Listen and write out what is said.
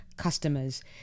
Customers